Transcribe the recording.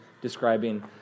describing